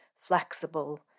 flexible